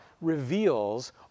reveals